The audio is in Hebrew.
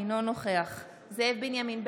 אינו נוכח זאב בנימין בגין,